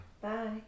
Bye